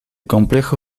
complejo